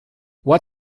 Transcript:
what